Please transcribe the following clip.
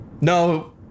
No